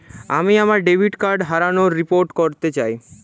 আমি আমার debit card হারানোর রিপোর্ট করতে চাই